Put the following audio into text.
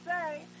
say